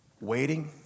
waiting